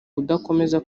udakomeza